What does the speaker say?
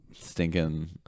Stinking